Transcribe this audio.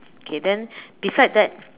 okay then beside that